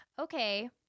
Okay